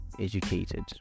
educated